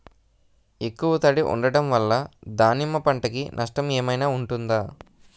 ఎక్కువ తడి ఉండడం వల్ల దానిమ్మ పంట కి నష్టం ఏమైనా ఉంటుందా?